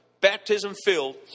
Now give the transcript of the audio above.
baptism-filled